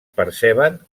perceben